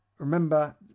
remember